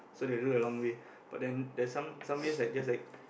so they do a long way but then there some some way that just like